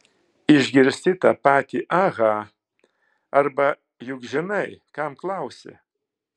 išgirsti tą patį aha arba juk žinai kam klausi